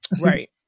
Right